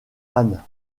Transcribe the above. anne